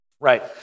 right